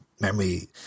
memory